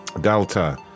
Delta